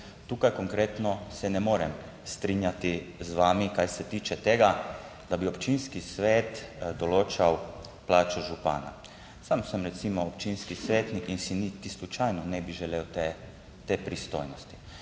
Tukaj konkretno se ne morem strinjati z vami, kar se tiče tega, da bi občinski svet določal plačo župana. Sam sem recimo občinski svetnik, in si niti slučajno ne bi želel, te pristojnosti.